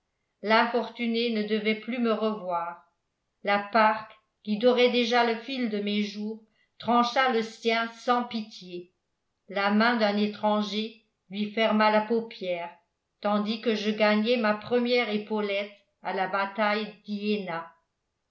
l'infortuné ne devait plus me revoir la parque qui dorait déjà le fil de mes jours trancha le sien sans pitié la main d'un étranger lui ferma la paupière tandis que je gagnais ma première épaulette à la bataille d'iéna